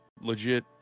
legit